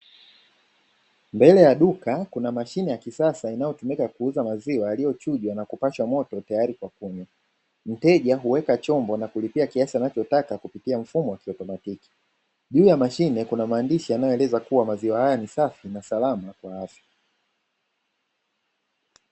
Mbele ya duka kuna mashine ya kisasa inayotumika kuuza maziwa yaliyochujwa na kupashwa moto tayari kwa kunywa. Mteja huweka chombo na kulipia kiasi anachotaka kupitia mfumo wa kiautomatiki. juu ya mashine kuna maandishi yanayoeleza kuwa maziwa haya ni safi na salama kwa afya.